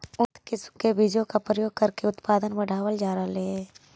उन्नत किस्म के बीजों का प्रयोग करके उत्पादन बढ़ावल जा रहलइ हे